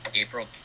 April